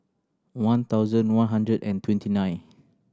one thousand one hundred and twenty nine